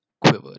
quivered